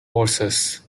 horses